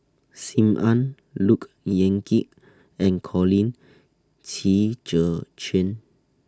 SIM Ann Look Yan Kit and Colin Qi Zhe Quan